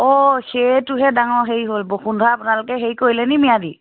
অ' সেইটোহে ডাঙৰ হেৰি হ'ল বসুন্ধৰা আপোনালোকে হেৰি কৰিলে নি ম্যাদী